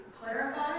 clarify